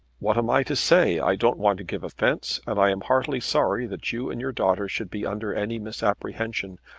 what am i to say? i don't want to give offence, and i am heartily sorry that you and your daughter should be under any misapprehension.